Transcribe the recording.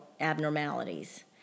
abnormalities